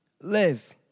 live